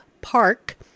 Park